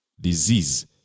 disease